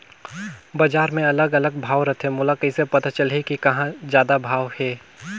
बजार मे अलग अलग भाव रथे, मोला कइसे पता चलही कि कहां जादा भाव हे?